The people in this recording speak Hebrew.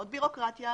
עוד בירוקרטיה,